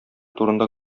турында